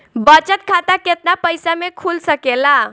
बचत खाता केतना पइसा मे खुल सकेला?